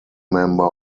member